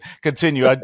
continue